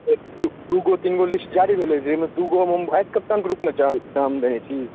एक दू गो तीन गो लिस्ट जारी भेलै जाहिमे दू गो मे भासि कप्तान के रूपमे छल नाम देने छी